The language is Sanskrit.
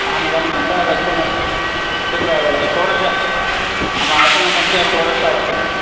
अहमिदानीमन्तः गच्छन्नस्मि कुत्र षोडश मम आसनसङ्ख्या षोडश अस्ति